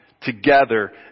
together